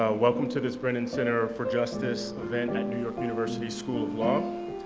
ah welcome to this brennan center for justice event at new york university school of law.